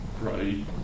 Right